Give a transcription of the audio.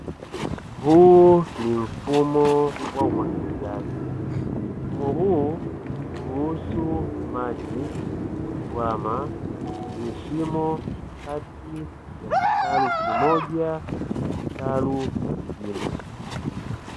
Huu ni mfumo wa umwagiliaji. Mfumo huu huruhusu maji kutuama kwenye shimo kati ya kitalu kimoja na kitalu kingine.